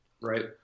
Right